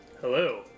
Hello